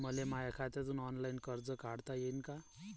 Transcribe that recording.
मले माया खात्यातून ऑनलाईन कर्ज काढता येईन का?